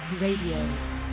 Radio